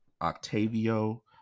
Octavio